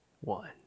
One